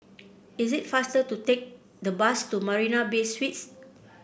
is it faster to take the bus to Marina Bay Suites